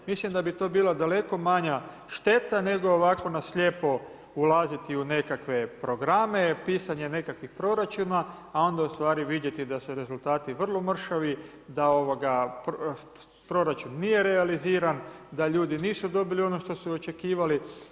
Mislim da bi to bila daleko manja šteta nego ovako na slijepo ulaziti u nekakve programe, pisanje nekakvih proračuna, a onda u stvari vidjeti da su rezultati vrlo mršavi, da proračun nije realiziran, da ljudi nisu dobili ono što su očekivali.